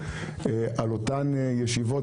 על אותן ישיבות.